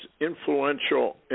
influential